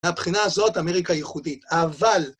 מהבחינה הזאת, אמריקה ייחודית, אבל